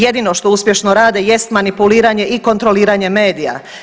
Jedino što uspješno rade jest manipuliranje i kontroliranje medija.